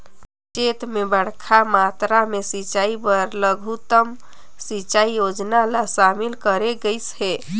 चैत मे बड़खा मातरा मे सिंचई बर लघुतम सिंचई योजना ल शामिल करे गइस हे